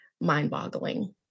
mind-boggling